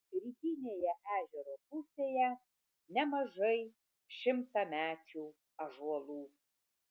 rytinėje ežero pusėje nemažai šimtamečių ąžuolų